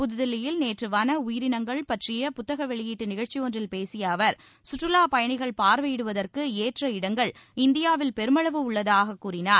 புதுதில்லியில் நேற்று வள உயிரினங்கள் பற்றிய புத்தக வெளியீட்டு நிகழ்ச்சி ஒன்றில் பேசிய அவர் சுற்றுலா பயணிகள் பார்வையிடுவதற்கு ஏற்ற இடங்கள் இந்தியாவில் பெருமளவு உள்ளதாகக் கூறினார்